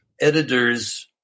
editors